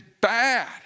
bad